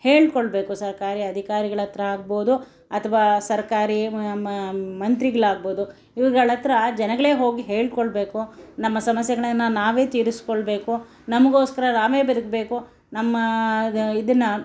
ಹೇಳ್ಕೊಳ್ಬೇಕು ಸರ್ಕಾರಿ ಅಧಿಕಾರಿಗಳ ಹತ್ರ ಆಗ್ಬೋದು ಅಥವಾ ಸರ್ಕಾರಿ ಮಂತ್ರಿಗಳಾಗ್ಬೋದು ಇವ್ರ್ಗಳತ್ರ ಜನಗಳೇ ಹೋಗಿ ಹೇಳ್ಕೊಳ್ಬೇಕು ನಮ್ಮ ಸಮಸ್ಯೆಗಳನ್ನು ನಾವೇ ತೀರಿಸ್ಕೊಳ್ಬೇಕು ನಮಗೋಸ್ಕರ ನಾವೇ ಬದುಕಬೇಕು ನಮ್ಮಇದನ್ನ